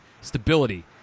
stability